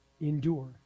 endure